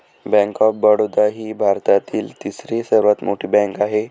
bank of Baroda ही भारतातील तिसरी सर्वात मोठी बँक आहे